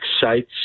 sites